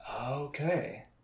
Okay